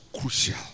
crucial